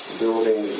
building